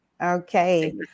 Okay